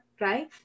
right